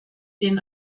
den